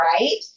right